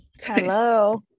hello